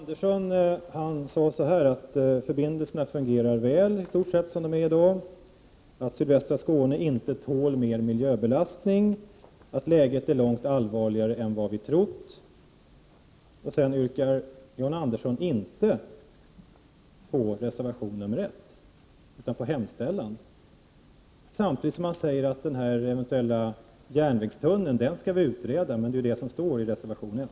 Herr talman! Jan Andersson sade att förbindelserna fungerar i stort sett väl som de är i dag, sydvästra Skåne tål inte mera miljöbelastning och läget är långt allvarligare än vi trott. Därefter yrkar Jan Andersson inte bifall till reservation 1. Han yrkar bifall till hemställan. Samtidigt säger Jan Andersson att den eventuella järnvägstunneln skall utredas. Men det är det som framgår av reservation 1.